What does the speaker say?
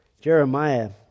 Jeremiah